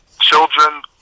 Children